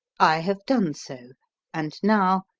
i have done so and now,